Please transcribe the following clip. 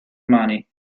money